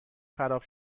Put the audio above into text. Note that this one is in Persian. خراب